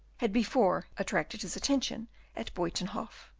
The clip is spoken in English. had before attracted his attention at buytenhof.